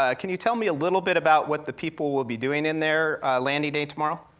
ah can you tell me a little bit about what the people will be doing in there, landing day tomorrow?